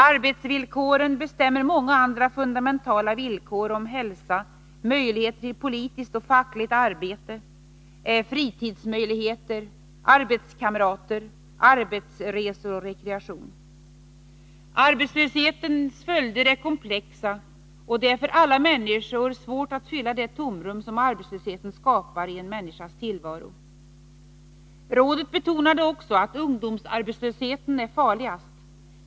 Arbetsvillkoren bestämmer många andra fundamentala villkor om hälsa, möjligheter till politiskt och fackligt arbete, fritidsmöjligheter, arbetskamrater, arbetsresor och rekreation. Arbetslöshetens följder är komplexa, och det är för alla människor svårt att fylla det tomrum som arbetslösheten skapar i en människas tillvaro. Rådet betonade därutöver också att ungdomsarbetslösheten är farligast.